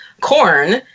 corn